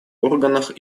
органах